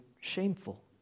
shameful